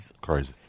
Crazy